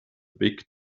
big